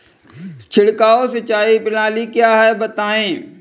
छिड़काव सिंचाई प्रणाली क्या है बताएँ?